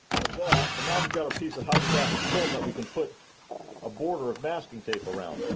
like that. and now we've got a piece of hydrographic film that we can put a border of masking tape around.